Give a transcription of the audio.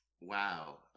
Wow